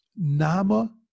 Nama